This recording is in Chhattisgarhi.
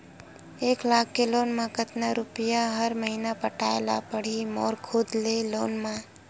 एक लाख के लोन मा कतका रुपिया हर महीना पटाय ला पढ़ही मोर खुद ले लोन मा?